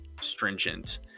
stringent